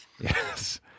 Yes